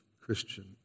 Christian